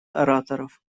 ораторов